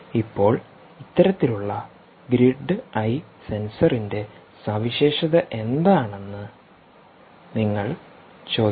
ഇപ്പോൾ ഇത്തരത്തിലുള്ള grid eye സെൻസറിന്റെ സവിശേഷത എന്താണെന്ന് നിങ്ങൾക്ക് ചോദിക്കാം